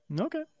Okay